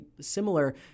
similar